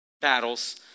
battles